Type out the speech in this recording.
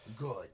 Good